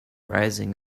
rising